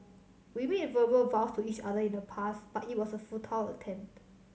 we made verbal vows to each other in the past but it was a futile attempt